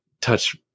touch